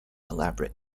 elaborate